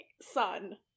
son